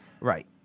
Right